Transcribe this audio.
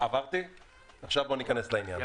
עכשיו בוא ניכנס לעניין.